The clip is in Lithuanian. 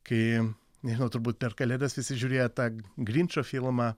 kai nežinau turbūt per kalėdas visi žiūrėjo tą grinčo filmą